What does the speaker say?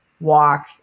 Walk